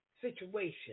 situation